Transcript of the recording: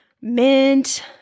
Mint